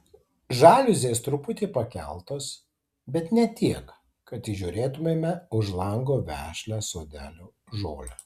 žaliuzės truputį pakeltos bet ne tiek kad įžiūrėtumėme už lango vešlią sodelio žolę